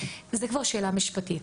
זו כבר שאלה משפטית.